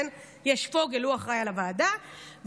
צביקה פוגל אחראי לוועדה,